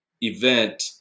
event